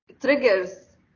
triggers